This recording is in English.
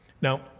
Now